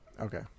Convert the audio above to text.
Okay